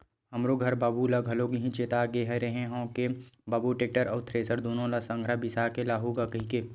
हमरो घर बाबू ल घलोक इहीं चेता के गे रेहे हंव के बाबू टेक्टर अउ थेरेसर दुनो ल संघरा बिसा के लाहूँ गा कहिके